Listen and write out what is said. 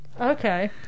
okay